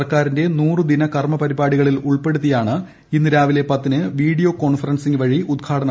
സർക്കാരിന്റെ നൂറ്ദിന കർമ്മപരിപാടികളിൽ ഉൾപ്പെടുത്തി ഇന്ന് രാവിലെ പത്തിന് വീഡിയോ കോൺഫറൻസിങ് വഴിയാണ് ഉദ്ഘാടനം